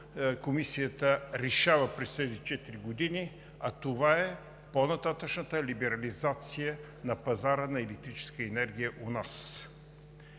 Комисията решава през тези четири години, а това е по-нататъшната либерализация на пазара на електрическа енергия у нас.